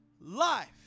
life